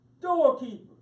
doorkeeper